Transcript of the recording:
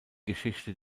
geschichte